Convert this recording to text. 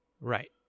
Right